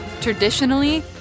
Traditionally